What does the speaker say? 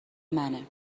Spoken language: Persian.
منه